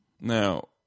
Now